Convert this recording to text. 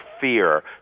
fear